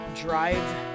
drive